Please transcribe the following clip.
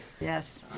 Yes